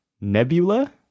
Nebula